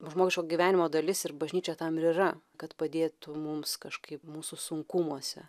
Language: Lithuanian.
žmogiško gyvenimo dalis ir bažnyčia tam ir yra kad padėtų mums kažkaip mūsų sunkumuose